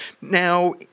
Now